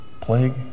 plague